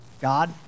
God